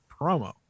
promo